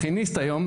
היום,